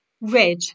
Red